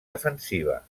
defensiva